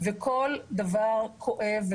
כל דבר כואב,